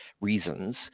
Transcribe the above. reasons